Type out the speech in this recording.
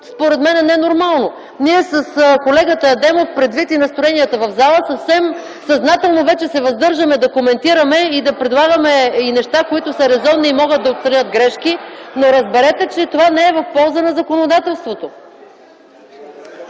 според мен, е ненормално. Ние с колегата Адемов, предвид и настроенията в залата, съвсем съзнателно вече се въздържаме да коментираме и да предлагаме и неща, които са резонни и могат да отстранят грешки, но разберете, че това не е в полза на законодателството.